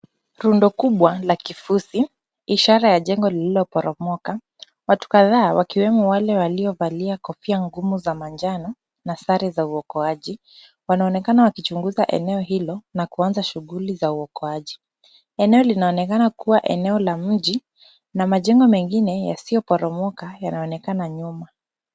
Rundo kubwa la kifuzi, ishara ya jengo lililoporomoka. Watu kadhaa wakiwemo wale waliovalia kofia ngumu za manjano na sare za uokoaji. Wanaonekana wakichunguza eneo hilo na kuanza shughuli za uokoaji. Eneo linaoneakana kuwa eneo la mji na majengo mengine yasiyo poromoka yanaonekana nyuma.